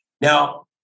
Now